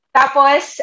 tapos